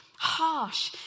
harsh